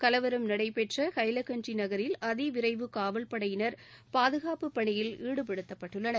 கலவரம் நடைபெற்ற ஹைலாகன்ட் நகரில் அதிவிரைவு காவல்படையினர் பாதுகாப்பு பணியில் ஈடுப்படுத்தப்பட்டுள்ளனர்